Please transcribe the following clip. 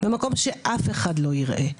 במקום שאף אחד לא יראה.